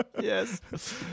Yes